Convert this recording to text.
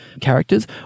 characters